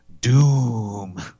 doom